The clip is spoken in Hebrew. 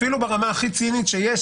אפילו ברמה הכי צינית שיש.